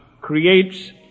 creates